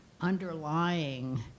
underlying